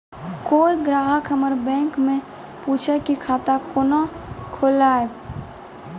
कोय ग्राहक हमर बैक मैं पुछे की खाता कोना खोलायब?